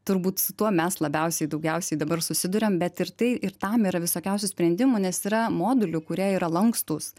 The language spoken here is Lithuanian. turbūt su tuo mes labiausiai daugiausiai dabar susiduriam bet ir tai ir tam yra visokiausių sprendimų nes yra modulių kurie yra lankstūs